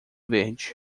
verde